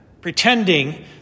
pretending